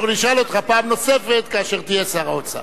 אנחנו נשאל אותך פעם נוספת כאשר תהיה שר האוצר.